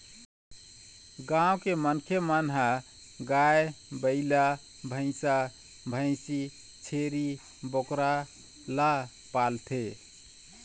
गाँव के मनखे मन ह गाय, बइला, भइसा, भइसी, छेरी, बोकरा ल पालथे